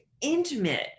intimate